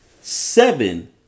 seven